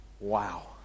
Wow